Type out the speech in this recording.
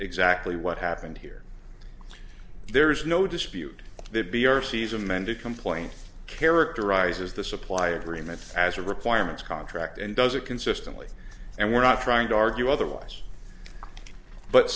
exactly what happened here there is no dispute that b r c's amended complaint characterizes the supply agreement as a requirements contract and does it consistently and we're not trying to argue otherwise but